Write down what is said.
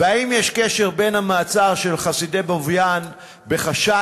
האם יש קשר בין המעצר של חסידי בויאן בחשד